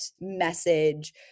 message